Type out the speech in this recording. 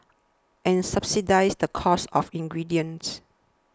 and subsidise the cost of ingredients